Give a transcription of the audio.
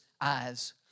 eyes